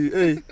Hey